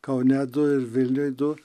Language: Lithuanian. kaune du ir vilniuj du